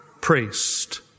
priest